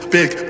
Big